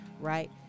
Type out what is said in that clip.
right